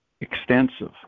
extensive